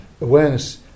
awareness